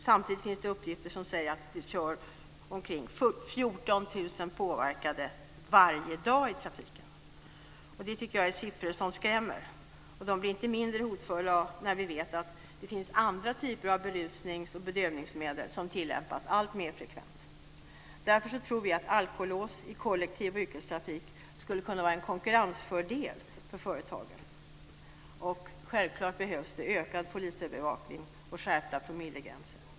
Samtidigt finns det uppgifter som säger att det kör omkring 14 000 påverkade i trafiken varje dag. Det är siffror som skrämmer, och de blir inte mindre hotfulla när vi vet att det finns andra typer av berusnings och bedövningsmedel som används alltmer frekvent. Därför tror vi att alkolås i kollektiv och yrkestrafik skulle kunna vara en konkurrensfördel för företagen. Självfallet behövs det ökad polisövervakning och skärpta promillegränser.